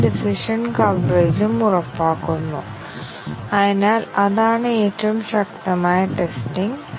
നമുക്ക് ഈ ഉദാഹരണം നോക്കാം അതിനാൽ ഇത് ഇവിടെ പ്രസിദ്ധമായ അൽഗോരിതം ആണ് ഞാൻ ആ കോഡ് ഇവിടെ എടുത്തു